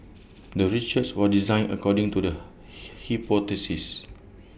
the research was designed according to the hit hypothesis